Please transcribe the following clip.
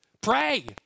pray